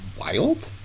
wild